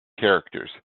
characters